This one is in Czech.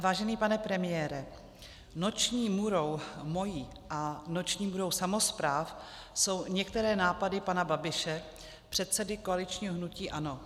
Vážený pane premiére, noční můrou mou a noční můrou samospráv jsou některé nápady pana Babiše, předsedy koaličního hnutí ANO.